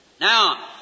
Now